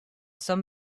some